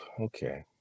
okay